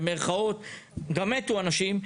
וגם מתו אנשים,